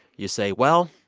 you say, well,